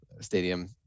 stadium